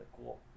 cool